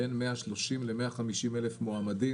בין 130,000 ל-150,000 מועמדים,